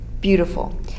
beautiful